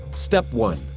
step one.